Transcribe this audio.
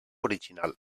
original